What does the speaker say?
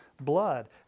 blood